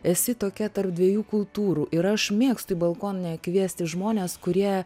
esi tokia tarp dviejų kultūrų ir aš mėgstu į balkone kviesti žmones kurie